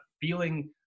feeling